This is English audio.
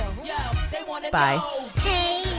bye